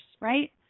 right